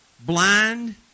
blind